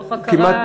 מתוך הכרה ייחודית.